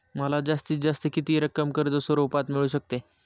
मला जास्तीत जास्त किती रक्कम कर्ज स्वरूपात मिळू शकते?